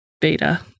beta